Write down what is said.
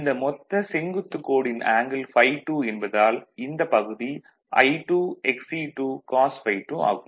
இந்த மொத்த செங்குத்து கோடின் ஆங்கிள் ∅2 என்பதால் இந்தப் பகுதி I2 Xe2 cos ∅2 ஆகும்